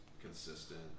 consistent